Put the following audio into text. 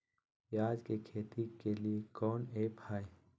प्याज के खेती के लिए कौन ऐप हाय?